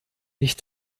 ich